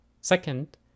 second